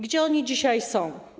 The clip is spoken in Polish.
Gdzie oni dzisiaj są?